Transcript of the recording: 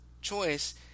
choice